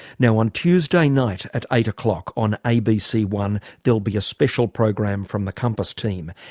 now on tuesday night at eight o'clock on a b c one there'll be a special program from the compass team.